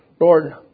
Lord